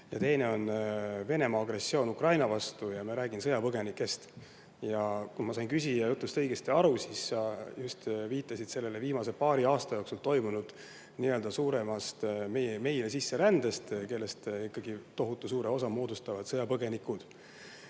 ja teine on Venemaa agressioon Ukraina vastu ja me räägime sõjapõgenikest. Kui ma sain küsija jutust õigesti aru, siis sa just viitasid sellele viimase paari aasta jooksul toimunud suurele sisserändele, millest ikkagi tohutu suure osa moodustavad sõjapõgenikud.[Ühes]